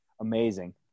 amazing